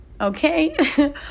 Okay